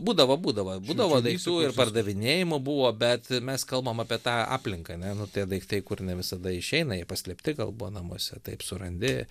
būdavo būdavo būdavo daiktų ir pardavinėjimų buvo bet mes kalbam apie tą aplinką ane nu tie daiktai kur ne visada išeina jie paslėpti gal buvo namuose taip surandi